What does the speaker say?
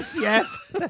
yes